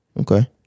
Okay